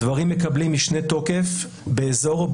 הדברים מקבלים משנה תוקף באזור בו